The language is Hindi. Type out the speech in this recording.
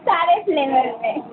सारे फ्लेवर हैं